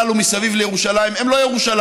שהכפרים הללו מסביב לירושלים הם לא ירושלים,